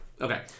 Okay